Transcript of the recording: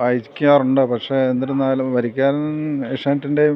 വായിക്കാറുണ്ട് പക്ഷെ എന്നിരുന്നാലും വരിക്കാരൻ ഏഷാനെറ്റിൻ്റെ